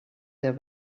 their